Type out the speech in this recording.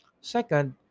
Second